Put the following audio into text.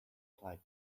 applied